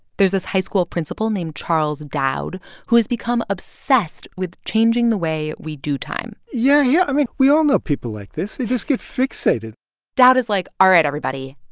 there's this high school principal named charles dowd who has become obsessed with changing the way we do time yeah. yeah. i mean, we all know people like this. they just get fixated dowd is like, all right, everybody,